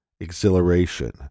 exhilaration